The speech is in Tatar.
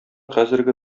хәзерге